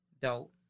dope